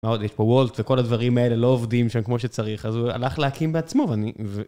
מה עוד, יש פה וולט וכל הדברים האלה, לא עובדים שם כמו שצריך, אז הוא הלך להקים בעצמו ואני ו...